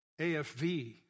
AFV